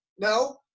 No